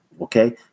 Okay